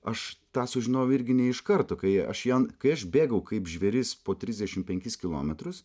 aš tą sužinojau irgi ne iš karto kai aš jam kai aš bėgau kaip žvėris po trisdešimt penkis kilometrus